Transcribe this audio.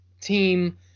team